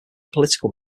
political